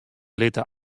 litte